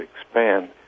expand